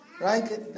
Right